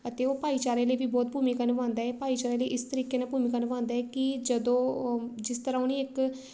ਅਤੇ ਉਹ ਭਾਈਚਾਰੇ ਲਈ ਵੀ ਬਹੁਤ ਭੂਮਿਕਾ ਨਿਭਾਉਂਦਾ ਹੈ ਭਾਈਚਾਰੇ ਲਈ ਇਸ ਤਰੀਕੇ ਨਾਲ ਭੂਮਿਕਾ ਨਿਭਾਉਂਦਾ ਹੈ ਕਿ ਜਦੋਂ ਜਿਸ ਤਰ੍ਹਾਂ ਉਹਨੀ ਇੱਕ